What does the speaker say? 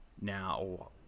Now